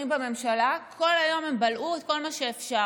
בממשלה כל היום בלעו את כל מה שהם אפשר.